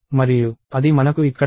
మరియు అది మనకు ఇక్కడ ఉంది